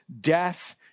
death